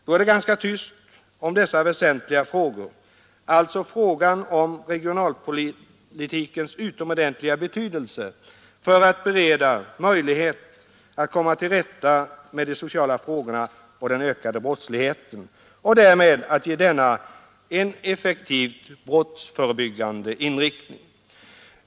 Då är det ganska tyst om dessa väsentliga frågor — alltså frågan om regionalpolitikens utomordentliga betydelse för att bereda möjlighet att komma till rätta med de sociala frågorna och den ökade brottsligheten och därmed att ge denna en effektivt brottsförebyggande inriktning.